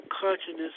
consciousness